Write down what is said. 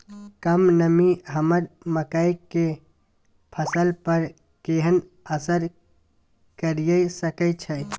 कम नमी हमर मकई के फसल पर केहन असर करिये सकै छै?